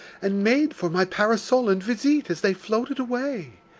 and made for my parasol and visite as they floated away,